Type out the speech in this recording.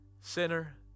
sinner